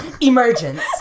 Emergence